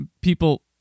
people